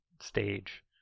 stage